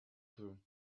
true